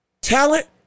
talent